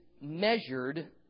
measured